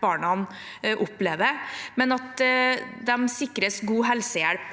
barna opplever – og at de sikres god helsehjelp.